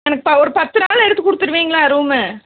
கரெக்டாக ஒரு பத்து நாள் எடுத்து கொடுத்துடுவீங்களா ரூமு